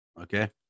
okay